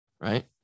right